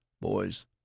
boys